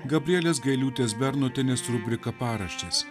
gabrielės gailiūtės bernotienės rubrika paraštės